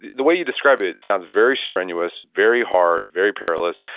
the way you describe it, it sounds very strenuous, very hard, very perilous.